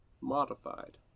modified